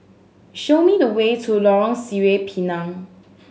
show me the way to Lorong Sireh Pinang